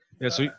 yes